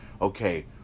okay